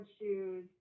shoes